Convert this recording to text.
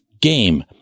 game